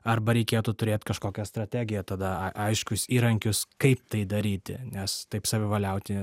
arba reikėtų turėt kažkokią strategiją tada aiškius įrankius kaip tai daryti nes taip savivaliauti